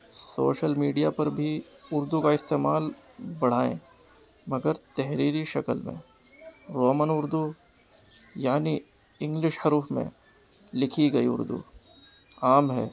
social media پر بھی اردو کا استعمال بڑھائیں مگر تحریری شکل میں رومن اردو یعنی انگلش حروف میں لکھی گئی اردو عام ہے